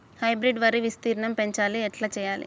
Hybrid వరి విస్తీర్ణం పెంచాలి ఎట్ల చెయ్యాలి?